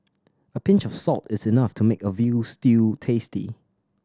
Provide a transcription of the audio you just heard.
a pinch of salt is enough to make a veal stew tasty